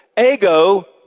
Ego